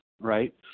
right